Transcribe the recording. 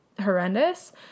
horrendous